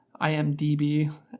IMDB